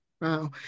Wow